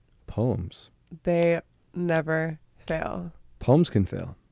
poems. they never fail. poems can feel